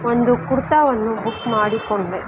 ಒಂದು ಕುರ್ತಾವನ್ನು ಬುಕ್ ಮಾಡಿಕೊಂಡೆ